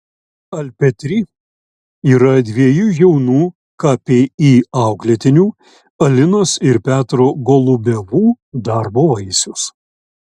alpetri yra dviejų jaunų kpi auklėtinių alinos ir petro golubevų darbo vaisius